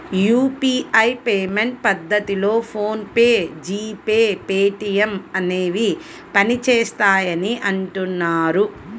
UPI payment పద్ధతిలో PhonePe, G pay, Paytm అనేవి పనిచేస్తాయని అంటున్నారు